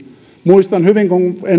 muistan hyvin kun